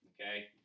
okay